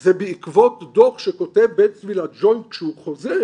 זה בעקבות דוח שכותב בן צבי לג'וינט כשהוא חוזר,